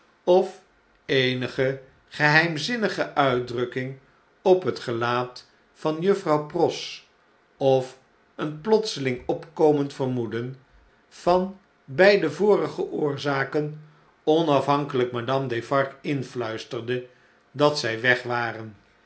of eenige geheimzinnige uitdrukking op het gelaat van juffrouw pross of een plotseling opkomend vermoeden van beide vorige oorzaken onafhankelijk madame defarge influisterde dat zjj weg waren